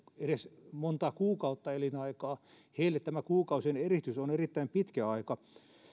edes montaa kuukautta elinaikaa heille tämä kuukausien eristys on erittäin pitkä aika